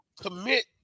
commit